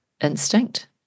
instinct